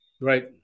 Right